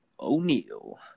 O'Neal